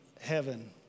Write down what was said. heaven